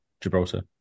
Gibraltar